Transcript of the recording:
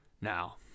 Now